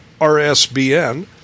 RSBN